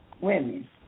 women